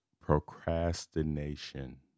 procrastination